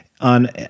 on